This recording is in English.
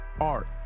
art